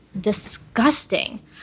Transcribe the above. disgusting